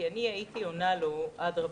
כי הייתי עונה לו: אדרבא.